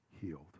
healed